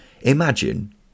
Imagine